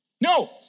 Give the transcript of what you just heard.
No